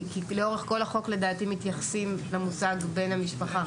כי לאורך כל החוק לדעתי מתייחסים למושג "בן המשפחה".